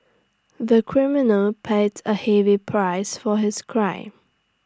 the criminal paid A heavy price for his crime